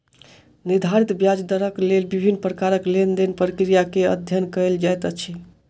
निर्धारित ब्याज दरक लेल विभिन्न प्रकारक लेन देन प्रक्रिया के अध्ययन कएल जाइत अछि